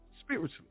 spiritually